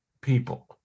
people